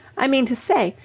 i mean to say,